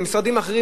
במשרדים אחרים,